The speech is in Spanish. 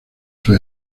sus